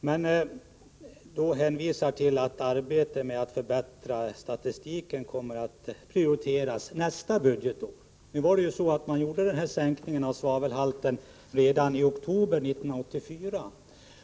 Men han hänvisar till att arbetet med att förbättra statistiken kommer att prioriteras nästa budgetår. Sänkningen av svavelhalten gjordes redan i oktober 1984.